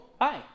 hi